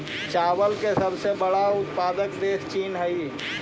चावल के सबसे बड़ा उत्पादक देश चीन हइ